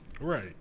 Right